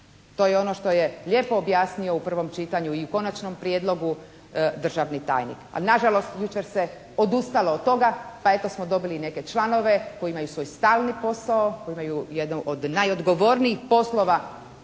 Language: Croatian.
To je ono što je lijepo objasnio u prvom čitanju i u Konačnom prijedlogu državni tajnik. Ali nažalost jučer se odustalo od toga pa eto smo dobili i neke članove koji imaju svoj stalni posao. Koji imaju jednu od najodgovornijih poslova